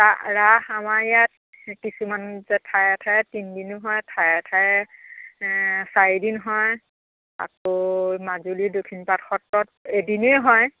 ৰাস আমাৰ ইয়াত কিছুমান যে ঠায়ে ঠায়ে তিনিদিনো হয় ঠায়ে ঠায়ে চাৰিদিন হয় আকৌ মাজুলী দক্ষিণপাত সত্ৰত এদিনেই হয়